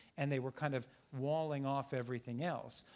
and they were kind of walling off everything else.